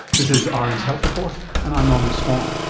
this is ah rn's health report and i'm norman swan.